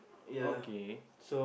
okay